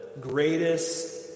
greatest